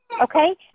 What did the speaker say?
okay